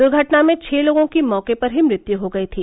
दुर्घटना में छः लोगों की मौके पर ही मृत्यु हो गयी थी